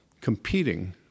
competing